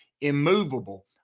immovable